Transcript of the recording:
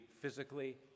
physically